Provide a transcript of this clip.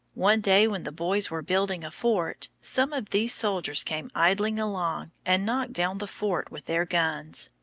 one day when the boys were building a fort, some of these soldiers came idling along and knocked down the fort with their guns.